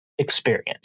experience